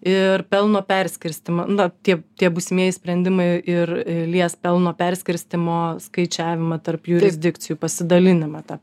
ir pelno perskirstymą na tie tie būsimieji sprendimai ir lies pelno perskirstymo skaičiavimą tarp jurisdikcijų pasidalinimą tą